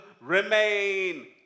remain